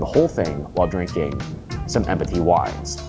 whole thing while drinking some empathy wines,